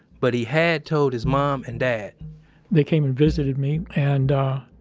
but he had told his mom and dad they came and visited me and, ah,